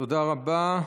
תודה רבה.